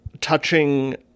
touching